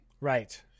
Right